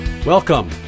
Welcome